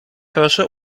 proszę